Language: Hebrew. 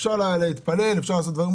אפשר להתפלל, אפשר לעשות דברים.